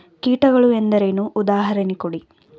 ಕೀಟಗಳು ಎಂದರೇನು? ಉದಾಹರಣೆ ಕೊಡಿ?